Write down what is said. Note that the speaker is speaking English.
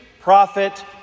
prophet